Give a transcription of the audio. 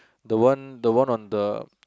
the one the one on the